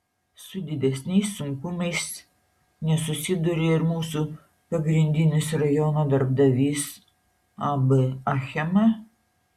su didesniais sunkumais nesusiduria ir mūsų pagrindinis rajono darbdavys ab achema